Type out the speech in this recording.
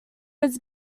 was